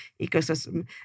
ecosystem